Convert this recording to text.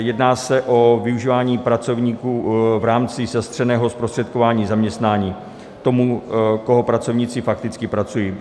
Jedná se o využívání pracovníků v rámci zastřeného zprostředkování zaměstnání tomu, koho pracovníci fakticky pracují.